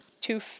two